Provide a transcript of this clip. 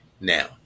now